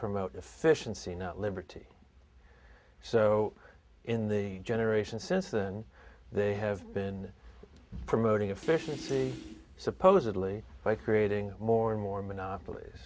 promote efficiency not liberty so in the generations since then they have been promoting efficiency supposedly by creating more and more monopolies